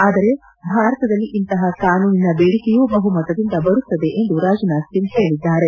ಆದರೆ ಭಾರತದಲ್ಲಿ ಇಂತಪ ಕಾನೂನಿನ ಬೇಡಿಕೆಯೂ ಬಹುಮತದಿಂದ ಬರುತ್ತದೆ ಎಂದು ರಾಜನಾಥ್ ಸಿಂಗ್ ಹೇಳಿದ್ದಾರೆ